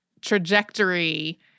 trajectory